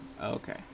Okay